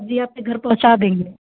जी आपके घर पहुँचा देंगे